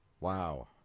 Wow